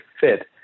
fit